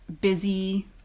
busy